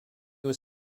was